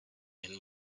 and